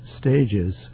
stages